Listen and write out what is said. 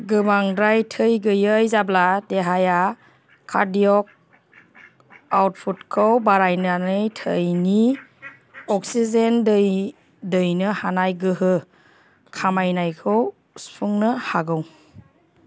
गोबांद्राय थै गैयै जाब्ला देहाया कार्डियक आउटपुटखौ बारायनानै थैनि अक्सिजेन दै दैनो हानाय गोहो खमायनायखौ सुफुंनो हागौ